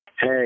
Hey